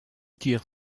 tire